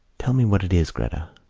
tell me what it is, gretta.